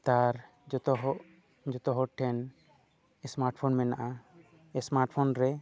ᱱᱮᱛᱟᱨ ᱡᱚᱛᱚ ᱦᱚᱲ ᱡᱚᱛᱚ ᱦᱚᱲ ᱴᱷᱮᱱ ᱥᱢᱟᱨᱴᱯᱷᱳᱱ ᱢᱮᱱᱟᱜᱼᱟ ᱥᱢᱟᱨᱴᱯᱷᱳᱱ ᱨᱮ